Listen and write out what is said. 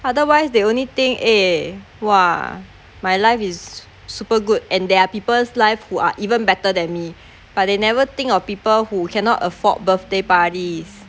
otherwise they only think eh !wah! my life is super good and there are people's life who are even better than me but they never think of people who cannot afford birthday parties